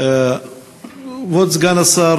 אדוני,